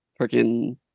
freaking